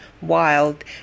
wild